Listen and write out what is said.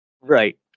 Right